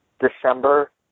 December